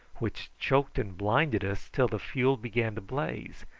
which choked and blinded us till the fuel began to blaze,